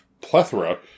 plethora